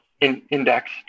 index